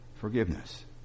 forgiveness